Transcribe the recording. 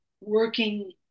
working